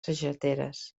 sageteres